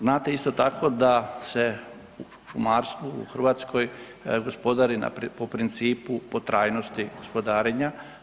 Znate isto tako da se u šumarstvu u Hrvatskoj gospodari po principu po trajnosti gospodarenja.